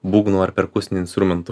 būgnų ar perkusinių instrumentų